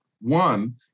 one